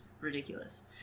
ridiculous